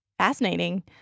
Fascinating